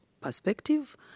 perspective